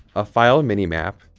a file mini-map,